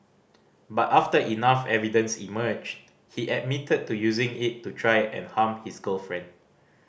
but after enough evidence emerged he admitted to using it to try and harm his girlfriend